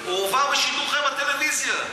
הועבר בשידור חי בטלוויזיה.